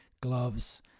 gloves